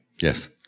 yes